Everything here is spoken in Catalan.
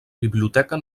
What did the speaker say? biblioteca